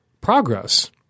progress